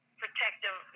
protective